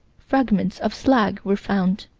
fragments of slag were found.